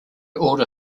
order